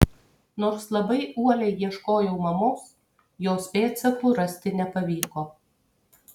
nors labai uoliai ieškojau mamos jos pėdsakų rasti nepavyko